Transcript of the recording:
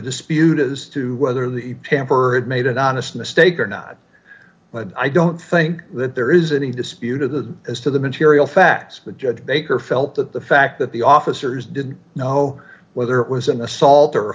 dispute as to whether the pampered made an honest mistake or not but i don't think that there is any dispute of the as to the material fact the judge baker felt that the fact that the officers didn't know whether it was an assault or a